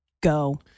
go